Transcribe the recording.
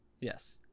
Yes